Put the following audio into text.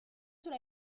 sous